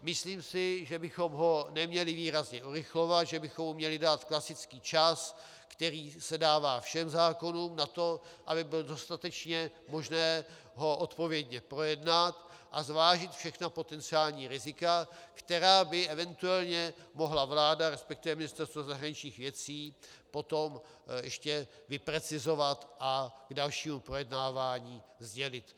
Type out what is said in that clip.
Myslím si, že bychom ho neměli výrazně urychlovat, že bychom mu měli dát klasický čas, který se dává všem zákonům, na to, aby bylo dostatečně možné ho odpovědně projednat a zvážit všechna potenciální rizika, která by event. mohla vláda, resp. Ministerstvo zahraničních věcí, potom ještě vyprecizovat a k dalšímu projednávání sdělit.